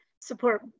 support